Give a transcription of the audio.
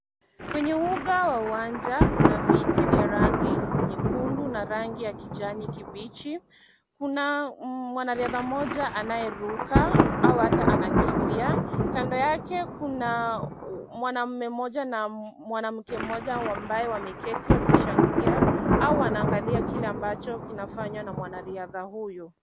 Kwenye uga wa uwanja kuna viti vya rangi nyekundu na rangi ya kijani kibichi. Kuna mwanariadha mmoja anayeruka au hata anakimbia. Kando yake kuna mwanamume mmoja na mwanamke mmoja ambao wameketi wakishangilia au wanaangalia kile ambacho kinafanywa na mwanariadha huyo.